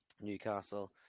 Newcastle